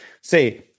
Say